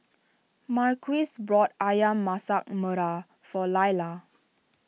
Marquise bought Ayam Masak Merah for Lailah